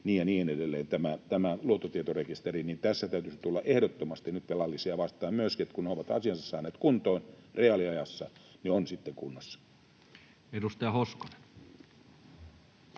ja niin edelleen, niin tässä täytyisi tulla ehdottomasti nyt myöskin velallisia vastaan niin, että kun he ovat asiansa saaneet kuntoon, ne reaaliajassa ovat sitten kunnossa. Edustaja Hoskonen.